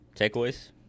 Takeaways